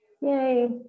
Yay